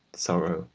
sorrow,